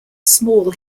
small